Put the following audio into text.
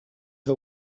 her